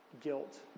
guilt